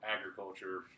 agriculture